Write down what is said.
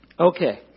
Okay